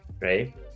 right